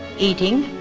eating,